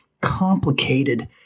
complicated